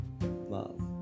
love